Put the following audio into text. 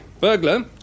burglar